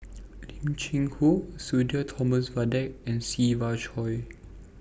Lim Cheng Hoe Sudhir Thomas Vadaketh and Siva Choy